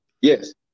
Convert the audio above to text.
yes